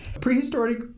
Prehistoric